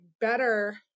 better